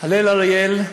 הלל אריאל,